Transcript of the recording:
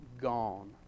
gone